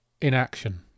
inaction